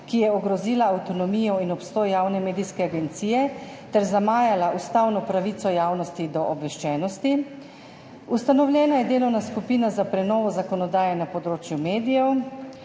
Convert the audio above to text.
ki je ogrozila avtonomijo in obstoj javne medijske agencije ter zamajala ustavno pravico javnosti do obveščenosti. Ustanovljena je delovna skupina za prenovo zakonodaje na področju medijev,